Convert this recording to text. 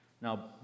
Now